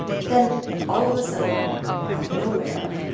but then all of a sudden out of nowhere,